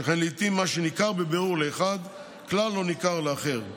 שכן לעיתים מה שניכר בבירור לאחד כלל לא ניכר לאחר,